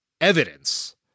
evidence